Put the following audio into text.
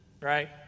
Right